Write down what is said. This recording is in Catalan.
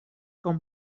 com